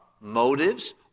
motives